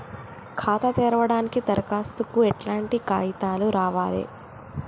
ఖాతా తెరవడానికి దరఖాస్తుకు ఎట్లాంటి కాయితాలు రాయాలే?